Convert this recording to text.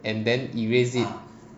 and then erase it